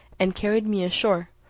and carried me ashore,